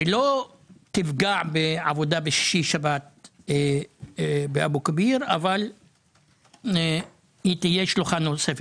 שלא תפגע בעבודה בשישי שבת באבו כביר ותהיה שלוחה נוספת.